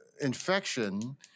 infection